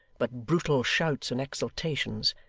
but brutal shouts and exultations,